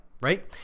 right